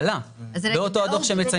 עלה באותו הדוח שמציינים.